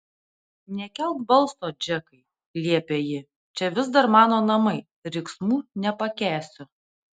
nekelk balso džekai liepė ji čia vis dar mano namai riksmų nepakęsiu